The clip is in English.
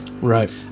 right